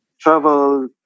travel